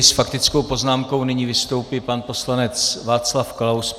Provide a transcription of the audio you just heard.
S faktickou poznámkou nyní vystoupí pan poslanec Václav Klaus.